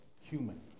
human